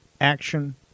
Action